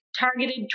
targeted